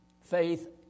Faith